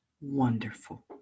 wonderful